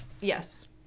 Yes